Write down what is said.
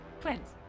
Twins